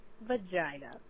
vagina